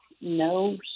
No